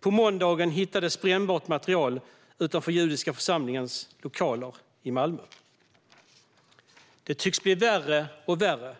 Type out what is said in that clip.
På måndagen hittades brännbart material utanför den judiska församlingens lokaler i Malmö. Det tycks bli värre och värre.